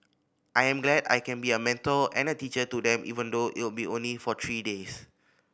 I am glad I can be a mental and a teacher to them even though it'll only be for three days